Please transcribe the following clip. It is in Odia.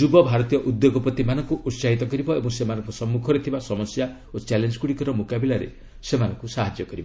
ଯୂବ ଭାରତୀୟ ଉଦ୍ୟୋଗପତିମାନଙ୍କୁ ଉତ୍ସାହିତ କରିବ ଓ ସେମାନଙ୍କ ସମ୍ମୁଖରେ ଥିବା ସମସ୍ୟା ଓ ଚ୍ୟାଲେଞ୍ଗୁଡ଼ିକର ମୁକାବିଲାରେ ସେମାନଙ୍କୁ ସାହାଯ୍ୟ କରିବ